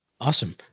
Awesome